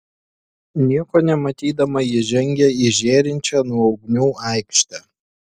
nieko nematydama ji žengė į žėrinčią nuo ugnių aikštę